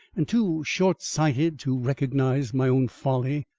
and too short-sighted to recognise my own folly.